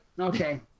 Okay